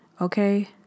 Okay